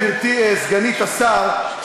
גברתי סגנית השר,